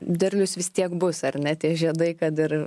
derlius vis tiek bus ar ne tie žiedai kad ir